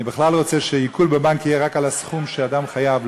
אני בכלל רוצה שעיקול בבנק יהיה רק על הסכום שאדם חייב,